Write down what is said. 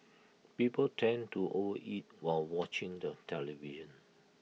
people tend to overeat while watching the television